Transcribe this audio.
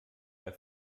weil